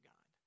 God